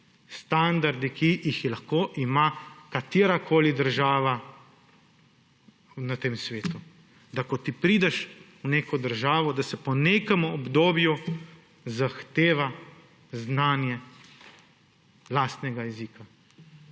standardi, ki jih lahko ima katerakoli država na tem svetu; da ko ti prideš v neko državo, da se po nekem obdobju zahteva znanje jezika.